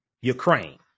Ukraine